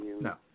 No